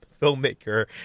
filmmaker